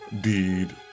deed